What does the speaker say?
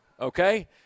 okay